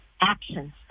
actions